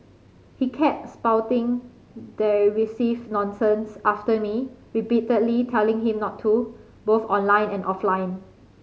he kept spouting derisive nonsense after me repeatedly telling him not to both online and offline